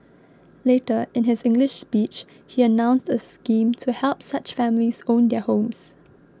later in his English speech he announced a scheme to help such families own their homes